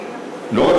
היא לא הייתה הצעה בחינם,